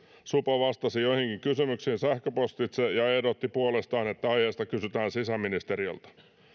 supo vastasi joihinkin kysymyksiin sähköpostitse ja ehdotti puolestaan että aiheesta kysytään sisäministeriöltä